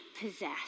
possess